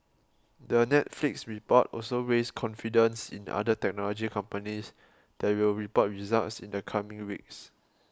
the Netflix report also raised confidence in other technology companies that will report results in the coming weeks